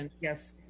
yes